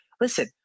Listen